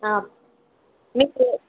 మీకు